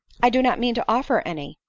i do not mean to offer any.